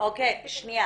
בכתב